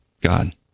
God